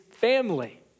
family